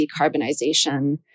decarbonization